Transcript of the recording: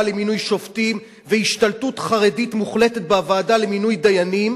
למינוי שופטים והשתלטות חרדית מוחלטת בוועדה למינוי דיינים,